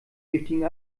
giftigem